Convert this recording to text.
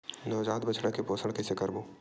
नवजात बछड़ा के पोषण कइसे करबो?